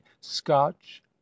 scotch